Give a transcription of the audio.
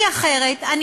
כי אחרת אני